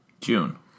June